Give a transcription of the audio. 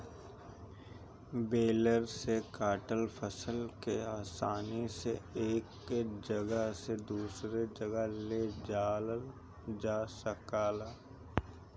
baler से काटल फसल के आसानी से एक जगह से दूसरे जगह ले जाइल जा सकेला